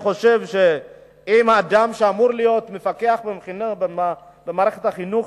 אני חושב שאם אדם שאמור להיות מפקח במערכת החינוך